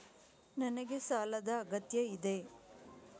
ನನಗೆ ಸಾಲದ ಅಗತ್ಯ ಇದೆ?